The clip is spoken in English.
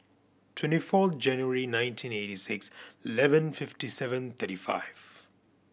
twenty four January nineteen eighty six eleven fifty seven thirty five